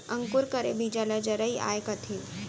अंकुर करे बीजा ल जरई आए कथें